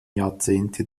jahrzehnte